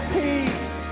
peace